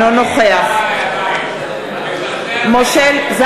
אינו נוכח משחרר מחבלים עם דם על הידיים.